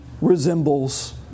resembles